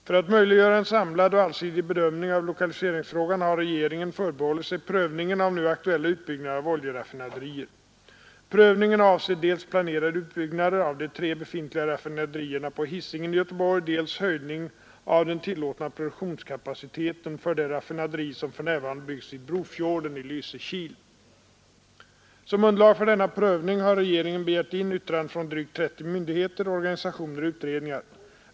För att möjliggöra en samlad och allsidig bedömning av lokaliseringsfrågan har regeringen förbehållit sig prövningen av nu aktuella utbyggnader av oljeraffinaderier. Prövningen avser dels planerade utbyggnader av de tre befintliga raffinaderierna på Hisingen i Göteborg, dels höjning av den tillåtna produktionskapaciteten för det raffinaderi som för närvarande byggs vid Brofjorden i Lysekil. Som underlag för denna prövning har regeringen begärt in yttranden från drygt 30 myndigheter, organisationer och utredningar.